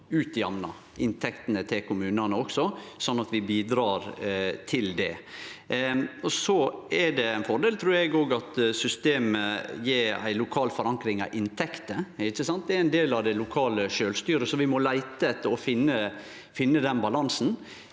utjamnar inntektene til kommunane også, slik at vi bidrar til det. Eg trur det er ein fordel at systemet gjev ei lokal forankring av inntektene. Det er ein del av det lokale sjølvstyret, så vi må leite etter og finne den balansen.